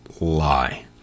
lie